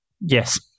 Yes